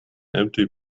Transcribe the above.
empty